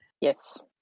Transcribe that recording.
Yes